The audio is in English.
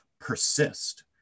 persist